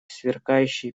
сверкающий